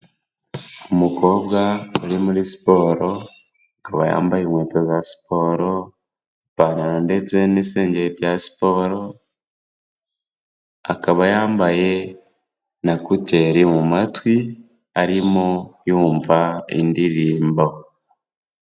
Umukobwa uri muri siporo, akaba yambaye inkweto za siporo, ipantaro ndetse n'isengeri bya siporo, akaba yambaye na kuteri mu matwi arimo yumva indirimbo.